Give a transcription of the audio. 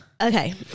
Okay